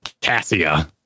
Cassia